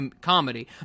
comedy